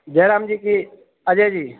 जय रामजी की अजय जी